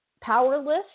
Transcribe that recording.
powerless